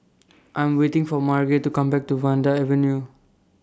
I Am waiting For Marge to Come Back to Vanda Avenue